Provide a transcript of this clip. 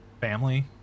family